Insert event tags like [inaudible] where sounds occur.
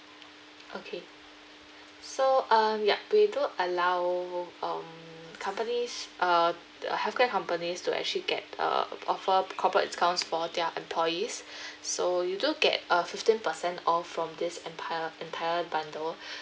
okay so um yup we do allow um companies uh the healthcare companies to actually get uh offer corporate discounts for their employees [breath] so you do get a fifteen percent off from this entire entire bundle